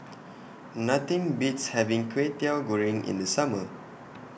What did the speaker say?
Nothing Beats having Kway Teow Goreng in The Summer